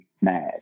mad